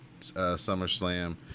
SummerSlam